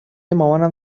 مامانم